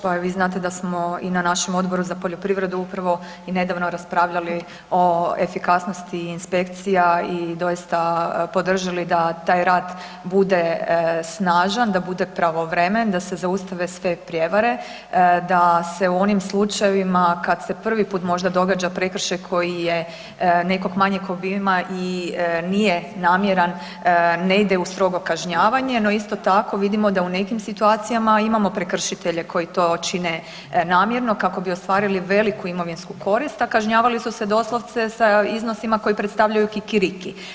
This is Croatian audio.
Pa i vi znate da smo i na našem Odboru za poljoprivredu upravo i nedavno raspravljali o efikasnosti inspekcija i doista podržali da taj rad bude snažan, da bude pravovremen, da se zaustave sve prijevare, da se u onim slučajevima kad se prvi put možda događa prekršaj koji je nekog manjeg obima i nije namjeran, ne ide u strogo kažnjavanje, no isto tako, vidimo da u nekim situacijama imamo prekršitelje koji to čine namjerno kako bi ostvarili veliku imovinsku korist, a kažnjavali su se doslovce sa iznosila koji predstavlja kikiriki.